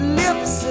lips